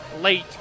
late